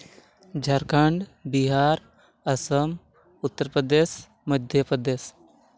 Jharkhand Bihar Assam Uttar Pradesh Madhya Pradesh